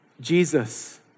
Jesus